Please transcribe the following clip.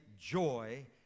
joy